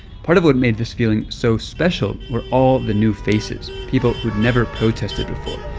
part of what made this feeling so special were all the new faces. people who'd never protested before,